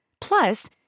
Plus